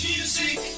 Music